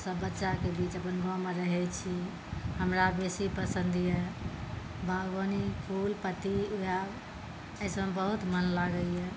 सभ बच्चाकेँ बीच अपन गाँवमे रहै छी हमरा बेसी पसन्द यऽ बागवानी फुल पत्ती उगायब एहि सभमे बहुत मन लागैए